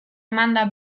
emanda